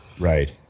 Right